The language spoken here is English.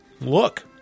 Look